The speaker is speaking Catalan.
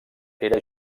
era